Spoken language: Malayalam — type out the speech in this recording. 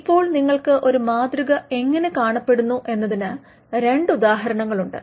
ഇപ്പോൾ നിങ്ങൾക്ക് ഒരു മാതൃക എങ്ങനെ കാണപ്പെടുന്നു എന്നതിന് രണ്ട് ഉദാഹരണങ്ങളുണ്ട്